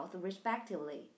respectively